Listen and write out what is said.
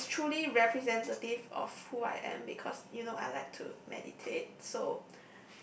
it is truly representative of who I am because you know I like to meditate so